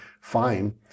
Fine